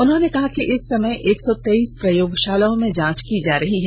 उन्होंने कहा कि इस समय एक सौ तेइस प्रयोगशालाओं में जांच की जा रही है